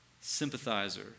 sympathizer